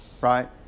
Right